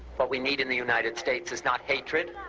what we need in the united states is not hatred,